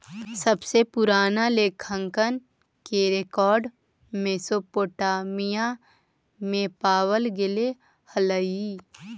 सबसे पूरान लेखांकन के रेकॉर्ड मेसोपोटामिया में पावल गेले हलइ